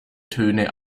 töne